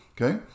Okay